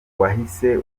wahise